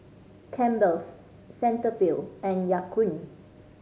Campbell's Cetaphil and Ya Kun